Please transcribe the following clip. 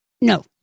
no